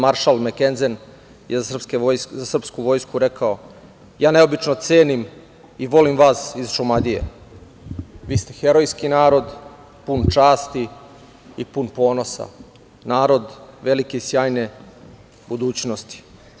Maršal Mekenzen je za srpsku vojsku rekao – ja neobično cenim i volim vas iz Šumadije, vi ste herojski narod pun časti i pun ponosa, narod velike i sjajne budućnosti.